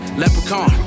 leprechaun